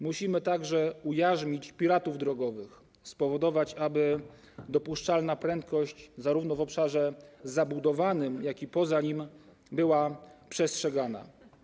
Musimy także ujarzmić piratów drogowych, spowodować, aby dopuszczalna prędkość zarówno w obszarze zabudowanym, jak i poza nim była przestrzegana.